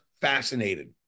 fascinated